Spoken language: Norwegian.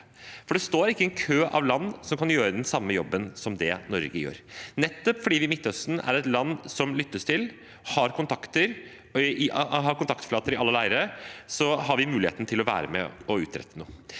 det. Det står ikke en kø av land som kan gjøre den samme jobben som det Norge gjør. Nettopp fordi vi i Midtøsten er et land som lyttes til og har kontaktflater i alle leirer, har vi muligheten til å være med og utrette noe.